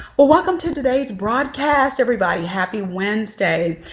well, welcome to today's broadcast everybody happy wednesday.